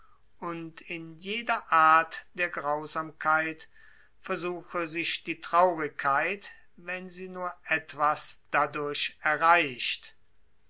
und in jeder art der grausamkeit versuche sich die traurigkeit wenn sie nur etwas erreicht